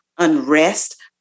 Unrest